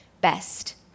best